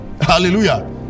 Hallelujah